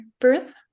birth